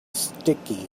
sticky